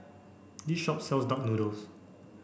this shop sells duck noodle